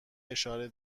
اشاره